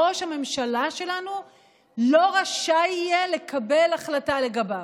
ראש הממשלה שלנו לא רשאי יהיה לקבל החלטה לגביו,